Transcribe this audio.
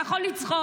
אתה יכול לצחוק.